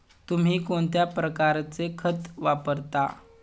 तुम्ही कोणत्या प्रकारचे खत वापरता?